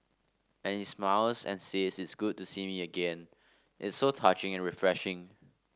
and he smiles and says it's good to see me again it's so touching and refreshing